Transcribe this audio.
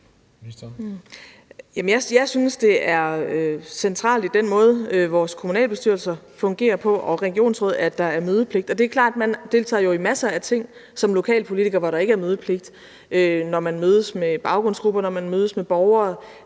jeg synes, det er centralt i den måde, vores kommunalbestyrelser og regionsråd fungerer på, at der er mødepligt. Og det er klart, at man deltager i masser af ting som lokalpolitiker, hvor der ikke er mødepligt – når man mødes med baggrundsgrupper, når man mødes med borgere.